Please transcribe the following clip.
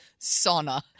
Sauna